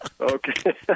okay